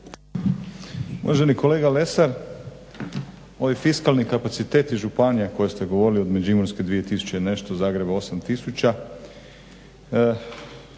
Uvaženi kolega Lesar, ovi fiskalni kapaciteti županija koje ste govorili, od Međimurske 2 tisuće i nešto, Zagreba 8